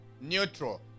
neutral